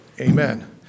Amen